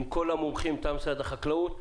עם כל המומחים מטעם משרד החקלאות,